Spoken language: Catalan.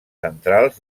centrals